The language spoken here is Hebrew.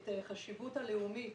את החשיבות הלאומית,